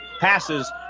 passes